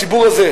הציבור הזה,